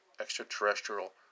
extraterrestrial